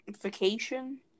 Vacation